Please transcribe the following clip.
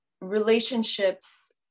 relationships